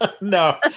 No